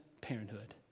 Parenthood